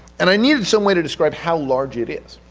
and i needed some way to describe how large it is.